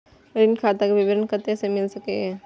ऋण खाता के विवरण कते से मिल सकै ये?